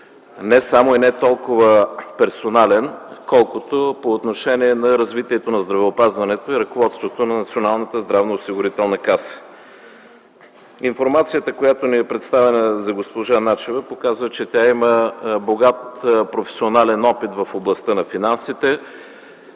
не само и не толкова персонален, колкото по отношение на развитието на здравеопазването и ръководството на Националната здравноосигурителна каса. Информацията, която ни е представена за госпожа Начева, показва, че тя има богат професионален опит в областта на финансите,